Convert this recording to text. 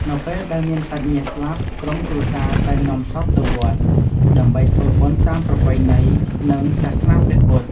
នៅពេលដែលមានសាច់ញាតិស្លាប់ ក្រុមគ្រួសារតែងនាំសពទៅវត្ត ដើម្បីធ្វើបុណ្យតាមប្រពៃណី និងសាសនាព្រះពុទ្ធ។